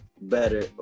better